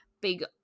big